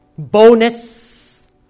Bonus